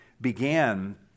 began